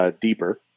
deeper